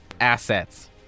assets